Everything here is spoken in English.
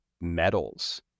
medals